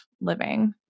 living